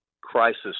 crisis